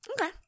Okay